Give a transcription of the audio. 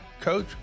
coach